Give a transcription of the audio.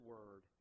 Word